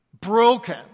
broken